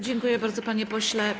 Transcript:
Dziękuję bardzo, panie pośle.